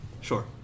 Sure